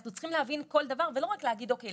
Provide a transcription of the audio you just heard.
אנחנו צריכים להבין כל דבר ולא רק להגיד 'אוקיי,